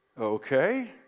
okay